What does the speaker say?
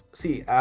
see